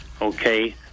Okay